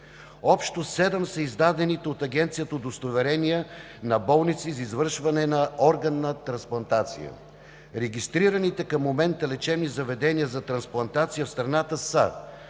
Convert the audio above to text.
Общо 7 са издадените от Агенцията удостоверения на болници за извършване на органна трансплантация. Регистрираните към момента лечебни заведения за трансплантация в страната са: